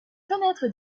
fenêtres